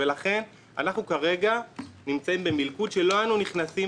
לכן כרגע אנחנו נמצאים במלכוד שלא היינו נכנסים